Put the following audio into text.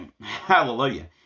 hallelujah